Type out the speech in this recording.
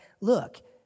look